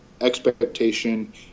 expectation